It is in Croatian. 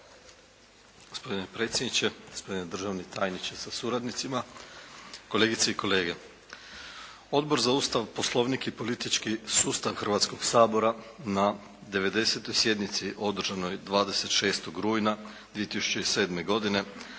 Hrvatskog sabora na 90. sjednici održanoj 26. rujna 2007. godine